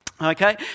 Okay